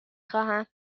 خواهم